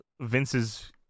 Vince's